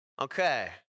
Okay